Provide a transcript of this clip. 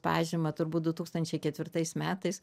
pažymą turbūt du tūkstančiai ketvirtais metais